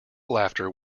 laughter